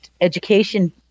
education